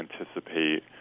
anticipate